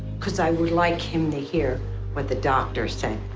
cause i would like him to hear what the doctor said.